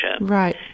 Right